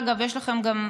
אגב, יש לכם גם,